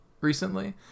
recently